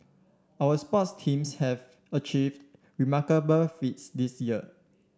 our sports teams have achieved remarkable feats this year